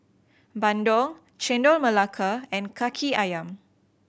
bandung Chendol Melaka and Kaki Ayam